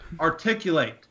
Articulate